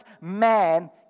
man